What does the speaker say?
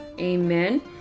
amen